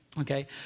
Okay